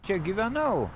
čia gyvenau